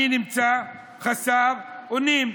אני חסר אונים.